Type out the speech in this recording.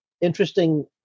interesting